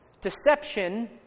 deception